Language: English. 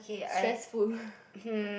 stressful